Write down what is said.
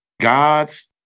God's